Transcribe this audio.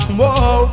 whoa